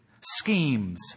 schemes